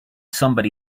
somebody